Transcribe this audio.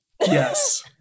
Yes